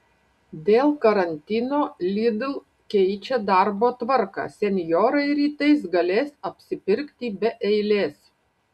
dėl karantino lidl keičia darbo tvarką senjorai rytais galės apsipirkti be eilės